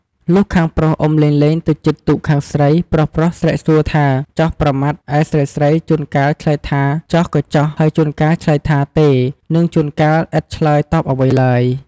លុះខាងប្រុសអុំលេងៗទៅជិតទូកខាងស្រី ប្រុសៗស្រែកសួរថា ចោះប្រមាត់ ឯស្រីៗជួនកាលឆ្លើយ ថា ចោះក៏ចោះ ហើយជួនកាលឆ្លើយថា ទេ និងដូនកាយឥតឆ្លើយតបអ្វីឡើយ។